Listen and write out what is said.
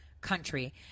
country